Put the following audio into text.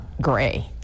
gray